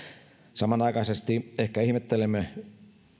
samanaikaisesti ehkä ihmettelemme